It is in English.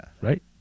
Right